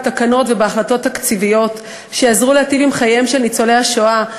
בתקנות ובהחלטות תקציביות שיעזרו להיטיב עם ניצולי השואה.